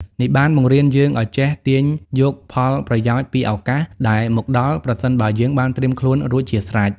នេះបានបង្រៀនយើងឱ្យចេះទាញយកផលប្រយោជន៍ពីឱកាសដែលមកដល់ ប្រសិនបើយើងបានត្រៀមខ្លួនរួចជាស្រេច។